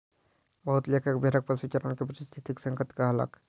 बहुत लेखक भेड़क पशुचारण के पारिस्थितिक संकट कहलक